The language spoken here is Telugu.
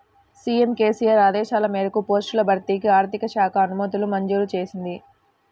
సీఎం కేసీఆర్ ఆదేశాల మేరకు పోస్టుల భర్తీకి ఆర్థిక శాఖ అనుమతులు మంజూరు చేసింది